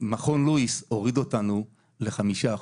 מכון לואיס הוריד אותנו ל-5%,